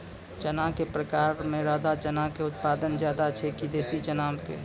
चना के प्रकार मे राधा चना के उत्पादन ज्यादा छै कि देसी चना के?